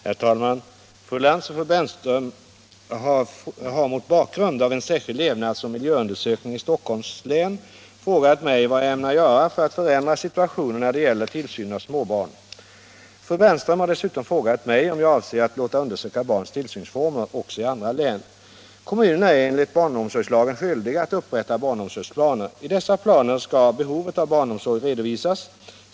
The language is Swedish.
Herr talman! Fru Lantz och fru Bernström har mot bakgrund av en särskild levnadsoch miljöundersökning i Stockholms län frågat mig vad jag ämnar göra för att förändra situationen när det gäller tillsynen av småbarn. Fru Bernström har dessutom frågat mig om jag avser att låta undersöka barns tillsynsformer också i andra län. Kommunerna är enligt barnomsorgslagen skyldiga att upprätta barnomsorgsplaner. I dessa planer skall behovet av barnomsorg redovisas.